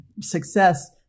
success